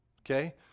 okay